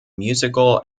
musical